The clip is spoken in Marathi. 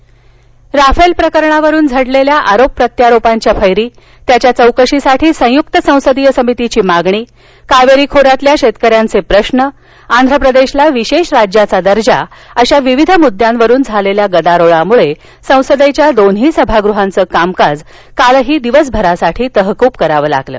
संसद राफेल प्रकरणावरून झडलेल्या आरोप प्रत्यारोपांच्या फ्री त्याच्या चौकशीसाठी संयुक संसदीय समितीची मागणी कावेरी खोऱ्यातील शेतकऱ्यांचा प्रश्न आंध्र प्रदेशाला विशेष राज्याचं दर्जा अशा विविध मुद्द्यांवरून झालेल्या गदारोळामुळे संसदेच्या दोन्ही सभागृहांचं कामकाज कालही दिवसभरासाठी तहकूब करावं लागलं